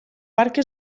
barca